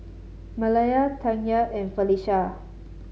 Malaya Tanya and Felisha